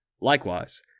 Likewise